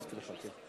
הוספתי לך, כן.